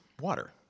water